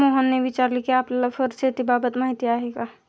मोहनने विचारले कि आपल्याला फर शेतीबाबत माहीती आहे का?